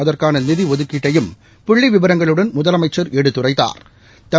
அதற்கான நிதி ஒதுக்கீட்டையும் புள்ளி விவரங்களுடன் முதலமைச்சா் எடுத்துரைத்துள்ளாா்